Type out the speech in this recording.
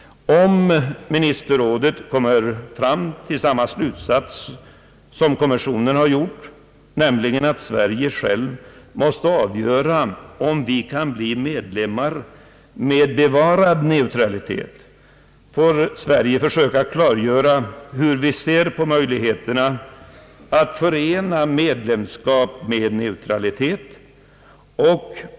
Om ministerrådet kommer fram till samma slutsats som kommissionen har gjort, nämligen att Sverige självt måste avgöra om vi skall bli medlemmar med bevarad neutralitet, får Sverige försöka klargöra hur vi ser på möjligheterna att förena medlemskap med neutralitet.